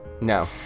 No